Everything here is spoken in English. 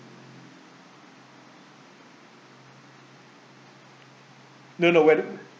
no no whether